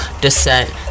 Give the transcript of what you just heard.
descent